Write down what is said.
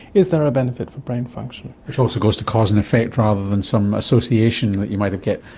is there a benefit for brain function? which also goes to cause and effect rather than some association that you might get.